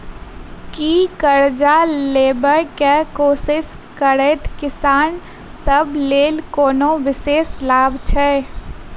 की करजा लेबाक कोशिश करैत किसान सब लेल कोनो विशेष लाभ छै?